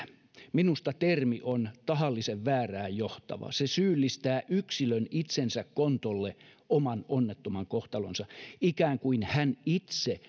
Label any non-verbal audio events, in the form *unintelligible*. minusta termi on tahallisen väärään johtava se syyllistää yksilön itsensä kontolle oman onnettoman kohtalonsa ikään kuin hän itse *unintelligible*